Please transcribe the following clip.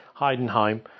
Heidenheim